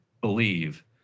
believe